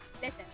listen